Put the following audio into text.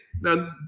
Now